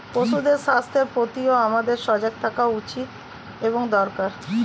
পশুদের স্বাস্থ্যের প্রতিও আমাদের সজাগ থাকা উচিত এবং দরকার